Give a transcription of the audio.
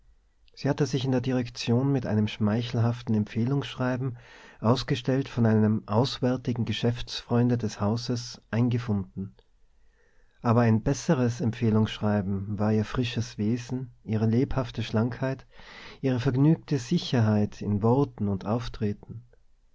sie hatte sich in der direktion mit einem schmeichelhaften empfehlungsschreiben ausgestellt von einem auswärtigen geschäftsfreunde des hauses eingefunden aber ein besseres empfehlungsschreiben war ihr frisches wesen ihre lebhafte schlankheit ihre vergnügte sicherheit in worten und auftreten